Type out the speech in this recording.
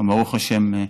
ברוך השם,